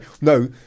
no